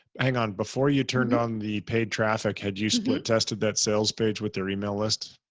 hang on. before you turned on the paid traffic, had you split tested that sales page with their email list?